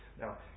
Now